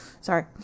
Sorry